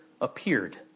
appeared